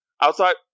outside